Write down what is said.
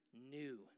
new